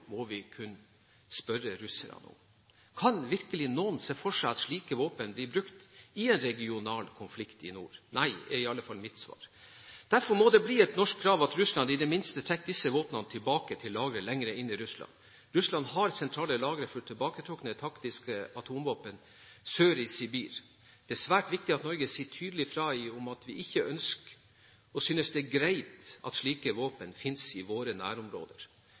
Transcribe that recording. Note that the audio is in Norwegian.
må vi kunne spørre russerne. Kan virkelig noen se for seg at slike våpen blir brukt i en regional konflikt i nord? Nei, er i alle fall mitt svar. Derfor må det bli et norsk krav at Russland i det minste trekker disse våpnene tilbake til lagre lenger inn i Russland. Russland har sentrale lagre for tilbaketrukne taktiske atomvåpen sør i Sibir. Det er svært viktig at Norge sier tydelig fra om at vi ikke ønsker eller synes det er greit at slike våpen finnes i våre nærområder.